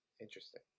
Interesting